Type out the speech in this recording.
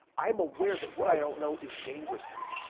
i am aware that what i don't know is dangerous to me.